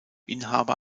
inhaber